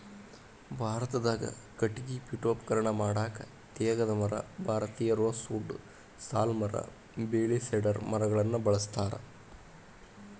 ಭಾರತದಾಗ ಕಟಗಿ ಪೇಠೋಪಕರಣ ಮಾಡಾಕ ತೇಗದ ಮರ, ಭಾರತೇಯ ರೋಸ್ ವುಡ್ ಸಾಲ್ ಮರ ಬೇಳಿ ಸೇಡರ್ ಮರಗಳನ್ನ ಬಳಸ್ತಾರ